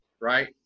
right